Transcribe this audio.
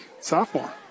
sophomore